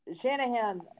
Shanahan